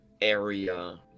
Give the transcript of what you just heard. area